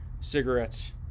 cigarettes